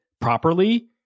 properly